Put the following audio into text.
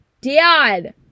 Dad